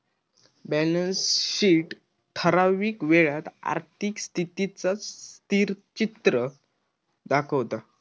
balance sheet ठरावीक वेळेत आर्थिक स्थितीचा स्थिरचित्र दाखवता